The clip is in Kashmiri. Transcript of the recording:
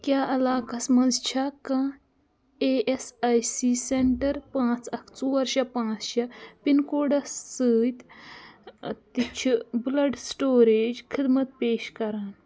کیٛاہ علاقس مَنٛز چھا کانٛہہ E S I C centre پٲنٛژ اَکھ ژور شےٚ پانٛژ شےٚ پِن کوڈس سۭتۍ تہٕ چھِ بُلڈ سِٹوریج خٔدمت پیش کَران